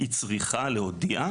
היא צריכה להודיע,